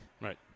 Right